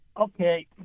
okay